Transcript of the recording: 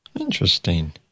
Interesting